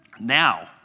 Now